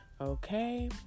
Okay